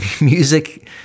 music